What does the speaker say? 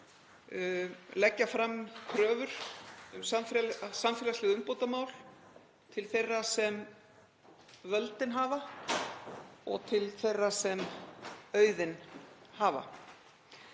leggja fram kröfur um samfélagsleg umbótamál til þeirra sem völdin hafa og til þeirra sem auðinn hafa.